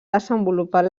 desenvolupat